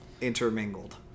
intermingled